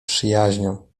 przyjaźnią